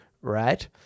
right